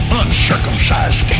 uncircumcised